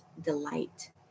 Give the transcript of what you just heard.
delight